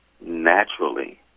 naturally